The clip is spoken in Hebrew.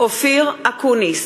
יעקב ליצמן,